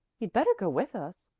you'd better go with us,